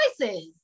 choices